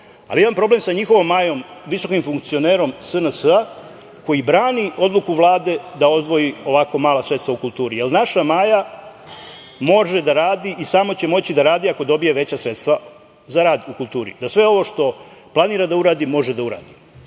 imam problem sa njihovom Majom, visokim funkcionerom SNS, koji brani odluku Vlade da odvoji ovako mala sredstva u kulturi, jer naša Maja može da radi i samo će moći da radi ako dobije veća sredstva za rad u kulturi, da sve ovo što planira da uradi može da uradi.U